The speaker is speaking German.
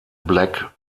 black